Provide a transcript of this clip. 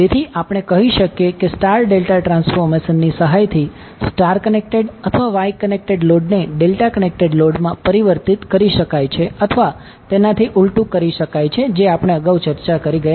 તેથી આપણે કહી શકીએ છીએ કે સ્ટાર ડેલ્ટા ટ્રાન્સફોર્મેશન ની સહાયથી સ્ટાર કનેક્ટેડ અથવા વાય કનેક્ટેડ લોડને ડેલ્ટા કનેક્ટેડ લોડ માં પરિવર્તિત કરી શકાય છે અથવા તેનાથી ઉલટું કરી શકાય છે જે આપણે અગાઉ ચર્ચા કરી ગયા